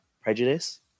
prejudice